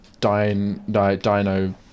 Dino